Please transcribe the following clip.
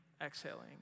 exhaling